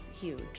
huge